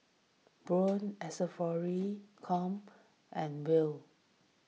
Braun com and Will